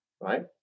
right